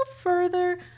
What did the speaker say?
further